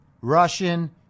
Russian